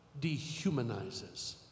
dehumanizes